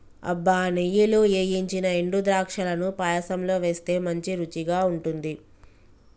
అబ్బ నెయ్యిలో ఏయించిన ఎండు ద్రాక్షలను పాయసంలో వేస్తే మంచి రుచిగా ఉంటుంది